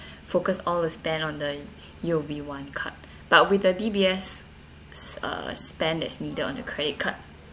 focus all the spend on the U_O_B one card but with a D_B_S uh spend that's needed on the credit card